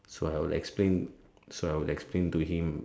so I would explain so I would explain to him